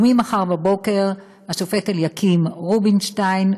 ממחר בבוקר השופט אליקים רובינשטיין,